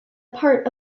part